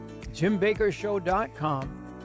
JimBakerShow.com